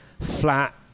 flat